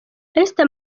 esther